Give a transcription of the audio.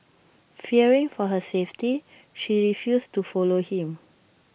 fearing for her safety she refused to follow him